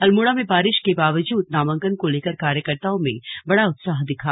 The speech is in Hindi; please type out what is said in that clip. अल्मोड़ा में बारिश के बाबजूद नामांकन को लेकर कार्यकर्ताओं में बड़ा उत्साह दिखा